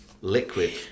liquid